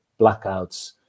blackouts